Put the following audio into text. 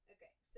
Okay